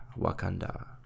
Wakanda